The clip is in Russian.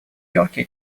йорке